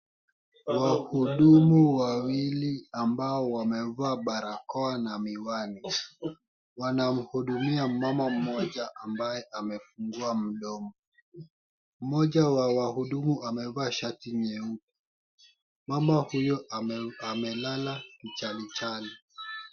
Wahudumu wawili ambao wamevaa barakoa na miwani. Wanamhudumia mama mmoja ambaye amefungua mdomo. Mmoja wa wahudumu amevaa shati nyeupe. Mama huyo amelala kichalichali.